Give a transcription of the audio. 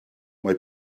mae